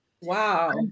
wow